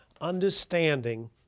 understanding